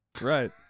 Right